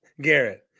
garrett